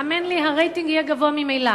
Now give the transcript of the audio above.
האמן לי, הרייטינג יהיה גבוה ממילא.